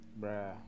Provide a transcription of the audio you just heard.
Bruh